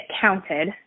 counted